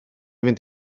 fynd